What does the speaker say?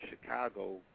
Chicago